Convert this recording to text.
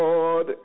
Lord